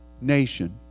nation